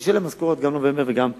היא תשלם משכורות גם בנובמבר וגם בדצמבר,